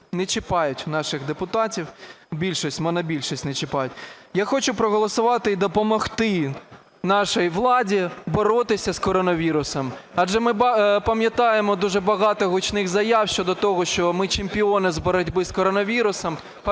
не чіпають наших депутатів, більшість, монобільшість не чіпають. Я хочу проголосувати і допомогти нашій владі боротися з коронавірусом. Адже ми пам'ятаємо дуже багато гучних заяв щодо того, що ми чемпіони з боротьби з коронавірусом.